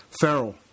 Farrell